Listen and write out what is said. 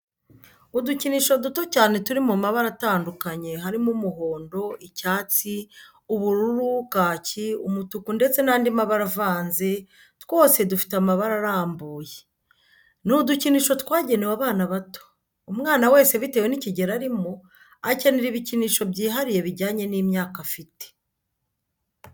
Udukinisho duto cyane turi mu mabara atandukanye harimo umuhondo, icyatsi, ubururu kaki umutuku ndetse n'andimabara avanze, twose dufite amababa arambuye.,ni udukinisho twagenewe abana bato. Umwana wese bitewe n'ikigero arimo akenera ibikinsho byihariye bijyanye n'imyaka afite.